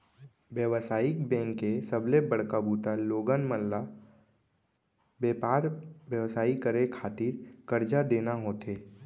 बेवसायिक बेंक के सबले बड़का बूता लोगन मन ल बेपार बेवसाय करे खातिर करजा देना होथे